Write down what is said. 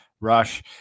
rush